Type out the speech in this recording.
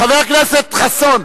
חבר הכנסת חסון.